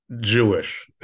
jewish